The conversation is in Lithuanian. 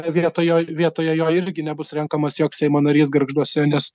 vietoj jo vietoje jo irgi nebus renkamas joks seimo narys gargžduose nes